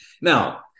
Now